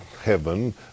Heaven